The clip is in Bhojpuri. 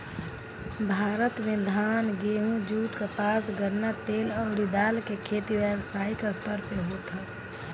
भारत में धान, गेंहू, जुट, कपास, गन्ना, तेल अउरी दाल के खेती व्यावसायिक स्तर पे होत ह